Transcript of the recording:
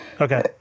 okay